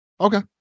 Okay